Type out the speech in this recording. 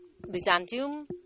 Byzantium